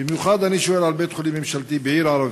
במיוחד אני שואל על בית-חולים ממשלתי בעיר ערבית,